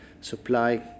Supply